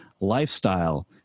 lifestyle